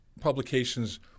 publications